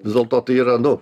vis dėlto tai yra nu